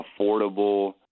affordable